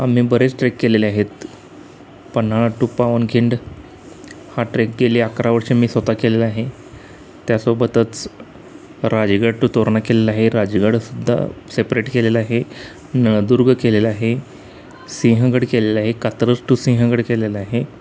आम्ही बरेच ट्रेक केलेले आहेत पन्हाळा टू पावनखिंड हा ट्रेक गेली अकरा वर्ष मी स्वतः केलेला आहे त्यासोबतच राजगड टू तोरणा केलेला आहे राजगडसुद्धा सेपरेट केलेला आहे नळदुर्ग केलेला आहे सिंहगड केलेला आहे कात्रज टू सिंहगड केलेला आहे